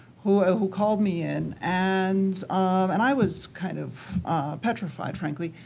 who ah who called me in. and um and i was kind of petrified, frankly.